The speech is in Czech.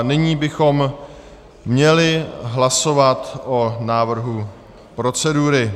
Nyní bychom měli hlasovat o návrhu procedury.